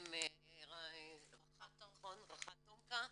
שלהן רח"ט תומכ"א,